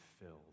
filled